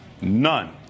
None